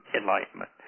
Enlightenment